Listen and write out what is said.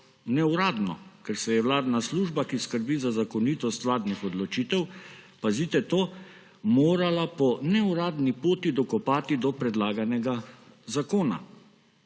neuradno; Ker se je vladna služba, ki skrbi za zakonitost vladnih odločitev – pazite to! – morala po neuradni poti dokopati do predlaganega zakona.